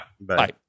Bye